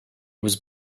was